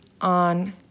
on